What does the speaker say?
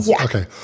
okay